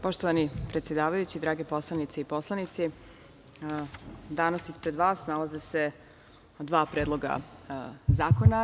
Poštovani predsedavajući, dragi poslanici i poslanice, danas ispred vas nalaze se dva predloga zakona.